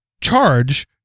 charge